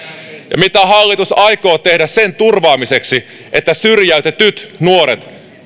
mitä hallitus aikoo tehdä sen turvaamiseksi että syrjäytetyt nuoret